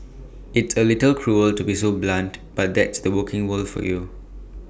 it's A little cruel to be so blunt but that's the working world for you